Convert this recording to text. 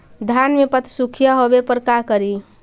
धान मे पत्सुखीया होबे पर का करि?